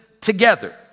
together